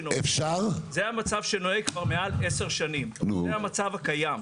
זה המצב שנוהג כבר מעל עשר שנים, זה המצב הקיים.